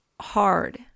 hard